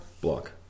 Block